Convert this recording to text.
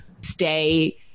stay